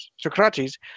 Socrates